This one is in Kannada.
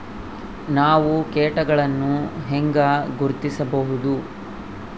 ನಾವು ಕೇಟಗಳನ್ನು ಹೆಂಗ ಗುರ್ತಿಸಬಹುದು?